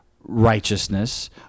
righteousness